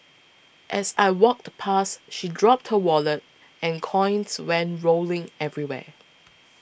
as I walked past she dropped her wallet and coins went rolling everywhere